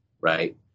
Right